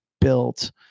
built